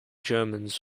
germans